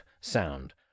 sound